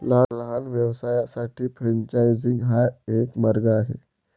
लहान व्यवसायांसाठी फ्रेंचायझिंग हा एक मार्ग आहे